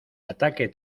ataque